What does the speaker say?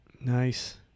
Nice